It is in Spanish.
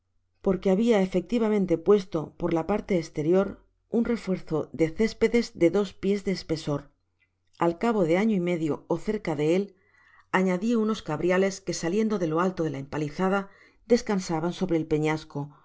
porque habia efectivamente puesto por la parte esterior un refuerzo de céspedes de dos pies de espesor al eabo de año y medio ó cerca de él añadi unos cabriolas que saliendo de h alto de la empalizada descansaban sobre el peñasco